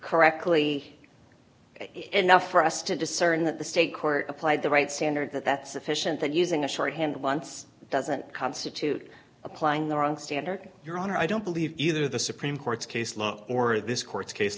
correctly enough for us to discern that the state court applied the right standard that that's sufficient that using a short hand once doesn't constitute applying the wrong standard your honor i don't believe either the supreme court's case or this court's case